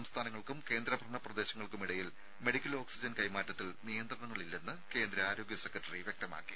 സംസ്ഥാനങ്ങൾക്കും കേന്ദ്ര ഭരണ പ്രദേശങ്ങൾക്കുമിടയിൽ മെഡിക്കൽ ഓക്സിജൻ കൈമാറ്റത്തിൽ നിയന്ത്രണങ്ങളില്ലെന്ന് കേന്ദ്ര ആരോഗ്യ സെക്രട്ടറി വ്യക്തമാക്കി